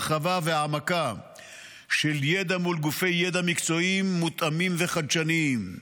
הרחבה והעמקה של ידע מול גופי ידע מקצועיים מותאמים וחדשניים.